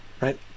right